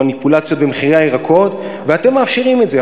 ומניפולציות במחירי הירקות, ואתם מאפשרים את זה.